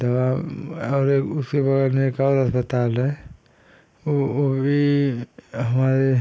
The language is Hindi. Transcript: दवा और एक उसके बगल में एक और अस्पताल है ओ वो भी हमारे